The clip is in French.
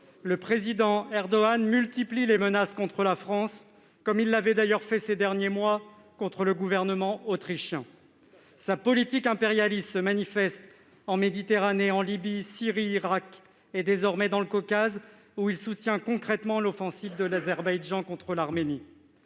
le président Erdogan multiplie les menaces contre la France, comme il l'avait d'ailleurs fait ces derniers mois contre le gouvernement autrichien. Tout à fait ! Sa politique impérialiste se manifeste en Méditerranée, en Libye, en Syrie, en Irak et, désormais, dans le Caucase, où il soutient concrètement l'offensive de l'Azerbaïdjan contre l'Arménie.